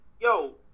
yo